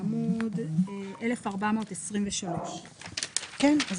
עמוד 1,423. כן.